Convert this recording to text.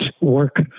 work